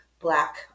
Black